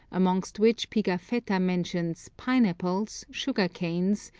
amongst which pigafetta mentions pine-apples, sugar-canes,